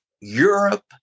Europe